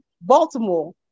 Baltimore